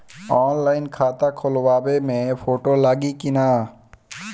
Online खाता खोलबाबे मे फोटो लागि कि ना?